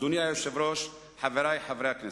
אדוני היושב-ראש, חברי חברי הכנסת,